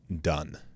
done